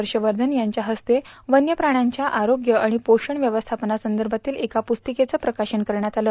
हर्ष वर्षन यांच्या हस्ते वन्य प्राण्यांच्या आरोग्य आणि पोषण व्यवस्थापनासंदर्भातील एका पुस्तिकेचं प्रकाशन करण्यात आलं